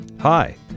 Hi